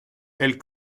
elles